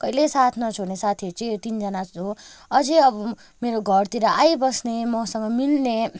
कहिले साथ नछोड्ने साथीहरू चाहिँ यो तिनजना हो अझै अब मेरो घरतिर आइबस्ने मसँग मिल्ने